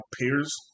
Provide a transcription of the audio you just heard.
peers